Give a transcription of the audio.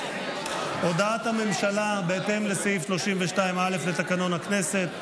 הודעת הממשלה בהתאם לסעיף 32(א) לתקנון הכנסת.